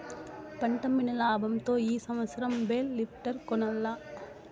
పంటమ్మిన లాబంతో ఈ సంవత్సరం బేల్ లిఫ్టర్ కొనాల్ల